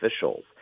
officials